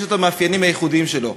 יש לו מאפיינים ייחודיים משלו.